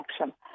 action